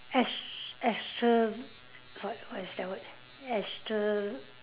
ex~ extra~ what what is that word extra~